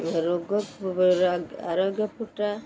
ରୋଗ